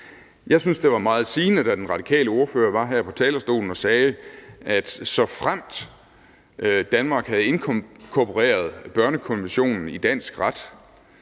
Jeg synes, det var meget sigende, da den radikale ordfører var her på talerstolen og sagde, at hun i hvert fald mente, at såfremt Danmark havde inkorporeret børnekonventionen i dansk ret,